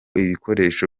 ibikoresho